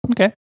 okay